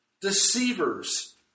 Deceivers